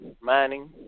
mining